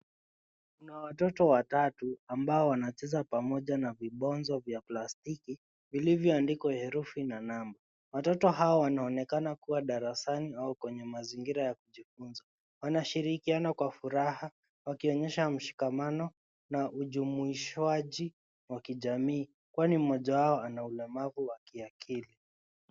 Kuna watoto watatu ambao wanacheza pamoja na vibonzo vya plastiki vilivyoandikwa herufi na namba. Watoto hawa wanaonekana kuwa darasani au kwenye mazingira ya kujifunza. Wanashirikiana kwa furaha wakionyesha mshikamano na ujumuishaji wa kijamii kwani moja wao ana ulemavu wa kiakili.